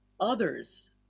others